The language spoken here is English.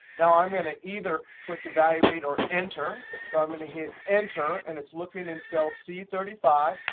now i'm going to either click evaluate or enter, so i'm going to hit enter and it's looking in cell c three five.